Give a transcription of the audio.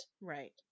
Right